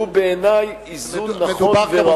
הוא בעיני איזון נכון וראוי.